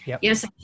Yes